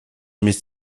mit